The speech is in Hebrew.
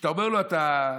כשאתה אומר לו: אתה קוקו,